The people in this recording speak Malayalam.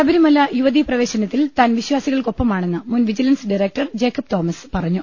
ശബരിമല യുവതീപ്രവേശനത്തിൽ താൻ വിശ്വാസികൾക്കൊപ്പമാ ണെന്ന് മുൻവിജിലൻസ് ഡയറക്ടർ ജേക്കബ്തോമസ് പറഞ്ഞു